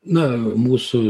na mūsų